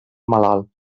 malalt